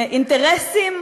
אינטרסים,